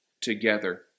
together